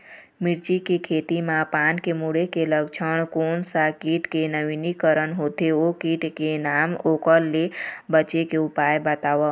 मिर्ची के खेती मा पान के मुड़े के लक्षण कोन सा कीट के नवीनीकरण होथे ओ कीट के नाम ओकर ले बचे के उपाय बताओ?